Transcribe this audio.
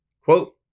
Quote